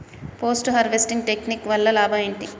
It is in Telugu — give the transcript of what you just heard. పోస్ట్ హార్వెస్టింగ్ టెక్నిక్ వల్ల లాభం ఏంటి?